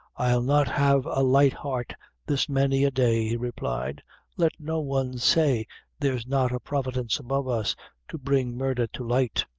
i'll not have a light heart this many a day, he replied let no one say there's not a providence above us to bring murdher to light.